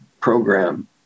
program